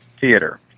theater